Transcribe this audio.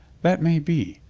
that may be,